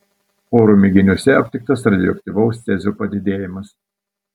oro mėginiuose aptiktas radioaktyvaus cezio padidėjimas